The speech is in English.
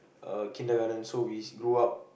uh kindergarten so we grew up